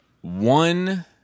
One